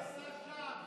אתה יודע מה נעשה?